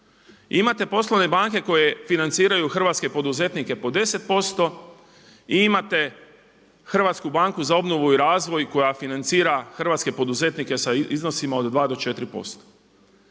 Imate poslovne banke koje financiranju hrvatske poduzetnike po 10% i imate HBOR koja financira hrvatske poduzetnike sa iznosima od 2 do 4%.